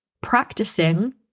practicing